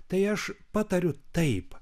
tai aš patariu taip